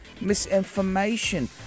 misinformation